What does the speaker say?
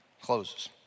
closes